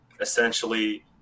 essentially